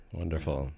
wonderful